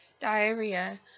diarrhea